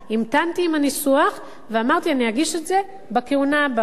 המתנתי עם הניסוח ואמרתי: אני אגיש את זה בכהונה הבאה.